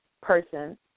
person